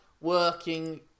working